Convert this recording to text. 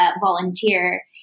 volunteer